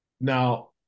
Now